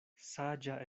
saĝa